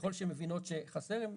וככל שהן מבינות שחסר הן